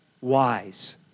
wise